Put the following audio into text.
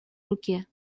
руке